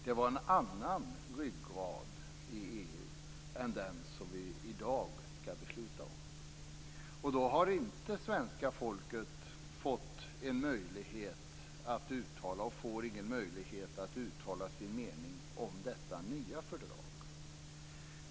Det var en annan ryggrad i EU än den som vi i dag skall fatta beslut om. Och då har svenska folket inte fått möjlighet att uttala sin mening om detta nya fördrag och kommer inte heller att få det.